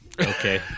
Okay